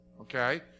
okay